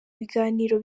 biganiro